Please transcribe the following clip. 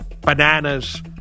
bananas